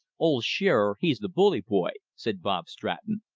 old shearer, he's the bully boy, said bob stratton.